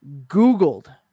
Googled